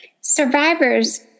survivors